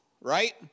right